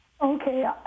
Okay